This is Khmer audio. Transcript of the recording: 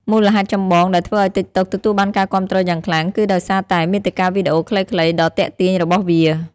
មូលហេតុចម្បងដែលធ្វើឱ្យ ទីកតុក ទទួលបានការគាំទ្រយ៉ាងខ្លាំង គឺដោយសារតែ មាតិកាវីដេអូខ្លីៗដ៏ទាក់ទាញ របស់វា។